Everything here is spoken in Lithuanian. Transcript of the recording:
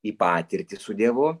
į patirtį su dievu